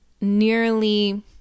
nearly